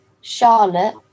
Charlotte